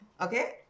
Okay